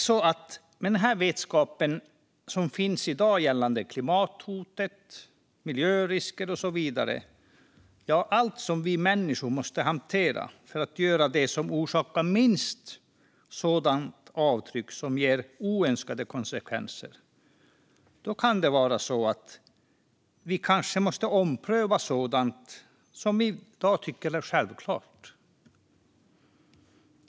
Med den vetskap som finns i dag gällande klimathotet, miljörisker och så vidare - ja, allt som vi människor måste hantera för att orsaka minsta möjliga avtryck som ger oönskade konsekvenser - kanske vi måste ompröva sådant som vi i dag tycker är självklart.